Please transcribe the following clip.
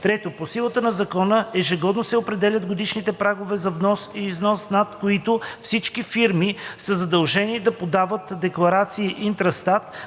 3. По силата на Закона ежегодно се определят годишни прагове за внос и износ, над който всички фирми са длъжни да подават декларации Интрастат